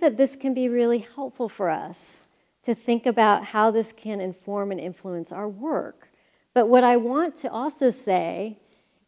that this can be really helpful for us to think about how this can inform and influence our work but what i want to also say